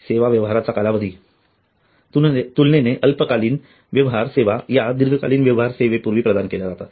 सेवा व्यवहाराचा कालावधी तुलनेने अल्पकालीन व्यवहार सेवा या दीर्घकालीन व्यवहार सेवेपुर्वी प्रदान केल्या जातात